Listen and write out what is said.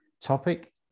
topic